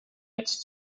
ins